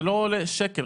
זה לא עולה שקל,